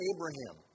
Abraham